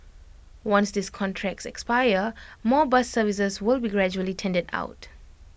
once these contracts expire more bus services will be gradually tendered out